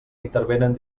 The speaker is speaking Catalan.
intervenen